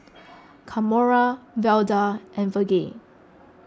Kamora Velda and Virge